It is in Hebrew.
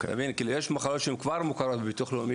יש מחלות שהן כבר מוכרות בביטוח לאומי